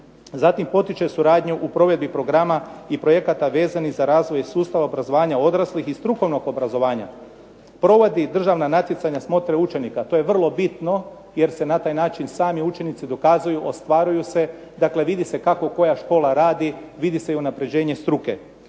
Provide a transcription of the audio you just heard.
Zatim potiče suradnju u provedbi programa i projekata vezanih za razvoj sustava obrazovanja odraslih i strukovnog obrazovanja. Provodi državna natjecanja, smotre učenika. To je vrlo bitno jer se na taj način sami učenici dokazuju, ostvaruju se, dakle vidi se kako koja škola radi, vidi se i unapređenje struke.